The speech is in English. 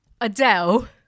Adele